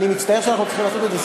אני מצטער שאנחנו צריכים לעשות את זה,